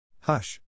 Hush